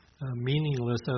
meaningless